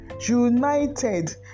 united